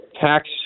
tax